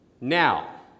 Now